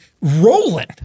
rolling